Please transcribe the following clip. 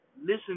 listen